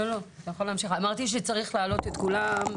אמרתי שצריך להעלות את כולם,